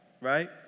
right